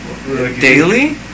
Daily